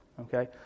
Okay